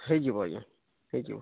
ହେଇଯିବ ଆଜ୍ଞା ହେଇଯିବ